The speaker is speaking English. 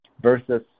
versus